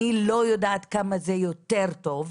אני לא יודעת כמה זה יותר טוב.